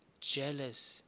jealous